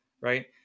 right